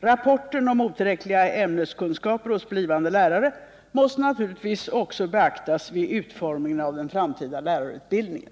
Rapporten om otillräckliga ämneskunskaper hos blivande lärare måste naturligtvis också beaktas vid utformningen av den framtida lärarutbildningen.